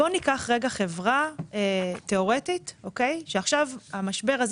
קרן: בוא ניקח רגע חברה תיאורטית שעכשיו המשבר הזה